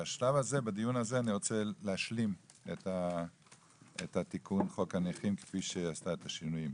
בשלב הזה בדיון אני רוצה להשלים את תיקון חוק הנכים כפי שנעשו השינויים.